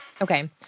Okay